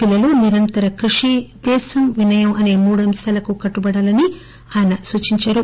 పిల్లలు నిరంతర కృషి దేశం వినయం అసే మూడు అంశాలకు కట్టుబడాలని ఆయన సూచించారు